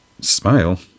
smile